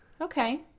Okay